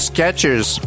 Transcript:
Sketchers